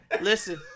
Listen